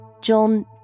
John